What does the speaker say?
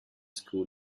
school